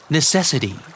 Necessity